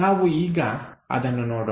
ನಾವು ಈಗ ಅದನ್ನು ನೋಡೋಣ